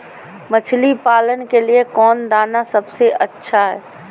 मछली पालन के लिए कौन दाना सबसे अच्छा है?